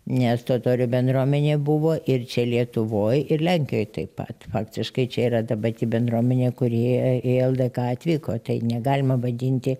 nes totorių bendruomenė buvo ir čia lietuvoj ir lenkijoj taip pat faktiškai čia yra ta pati bendruomenė kuri i į ldk atvyko tai negalima vadinti